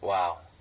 Wow